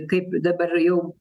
kaip dabar jau